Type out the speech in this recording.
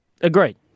Agreed